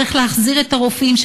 צריך להחזיר את הרופאים,